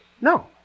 No